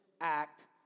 act